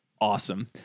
awesome